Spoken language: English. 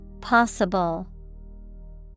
possible